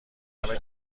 همه